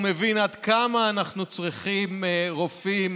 ומבינים עד כמה אנחנו צריכים רופאים,